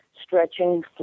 stretching